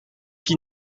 qui